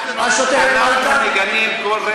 אנחנו בעד מאבק ציבורי עממי, לא, לא, לא.